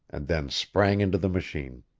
and then sprang into the machine.